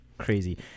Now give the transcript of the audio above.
Crazy